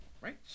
Right